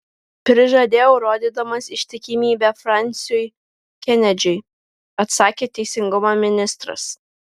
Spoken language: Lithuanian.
prižadėjau rodydamas ištikimybę fransiui kenedžiui atsakė teisingumo ministras